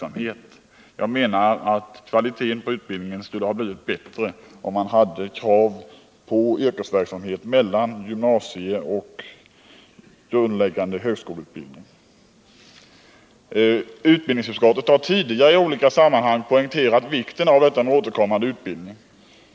Enligt min mening skulle kvaliteten på utbildningen ha blivit bättre, om man infört krav på yrkesverksamhet mellan gymnasieutbildning och grundläggande högskoleutbildning. Utbildningsutskottet har tidigare i olika sammanhang poängterat vikten av ett system med återkommande utbildning.